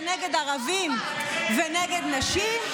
זה נגד ערבים ונגד נשים.